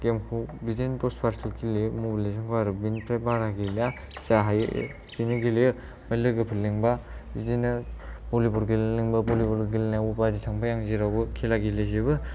game खौ बिदिनो दसबारसो गेलेयो मबाइल लेजेण्ड खौ आरो बेनिफ्राय बारा गेलेया जा हायो बेखौनो गेलेयो ओमफ्राय लोगोफोर लिंबा बिदिनो भलिबल गेलेनो लिंबा भलिबल गेलेनायावबो बेबादि थांफायो आङो जेरावबो खेला गेलेजोबो